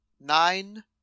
Nine